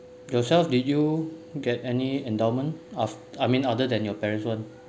yourself did you get any endowment of I mean other than your parent's [one]